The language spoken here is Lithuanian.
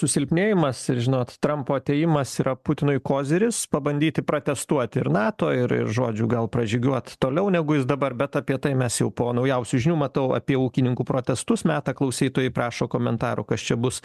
susilpnėjimas ir žinot trampo atėjimas yra putinui koziris pabandyti protestuoti ir nato ir ir žodžiu gal pražygiuot toliau negu jis dabar bet apie tai mes jau po naujausių žinių matau apie ūkininkų protestus meta klausytojai prašo komentaro kas čia bus